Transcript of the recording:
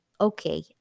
okay